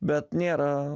bet nėra